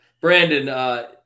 Brandon